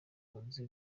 tonzi